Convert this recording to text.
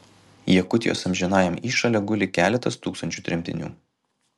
jakutijos amžinajam įšale guli keletas tūkstančių tremtinių